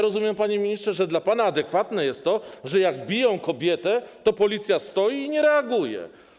Rozumiem, panie ministrze, że dla pana adekwatne jest to, że jak biją kobietę, to Policja stoi i nie reaguje.